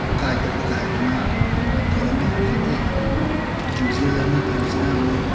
ꯎꯀꯥꯏ ꯇꯛꯄ ꯀꯥꯏꯗꯅ ꯌꯥꯝ ꯇꯧꯔꯝꯃꯤ ꯍꯧꯖꯤꯛꯇꯤ ꯏꯟꯖꯤꯟꯑꯅ ꯇꯧꯔꯤꯁꯤꯅ ꯑꯃꯨꯛ